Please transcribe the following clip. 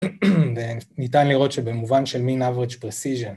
וניתן לראות שבמובן של min average precision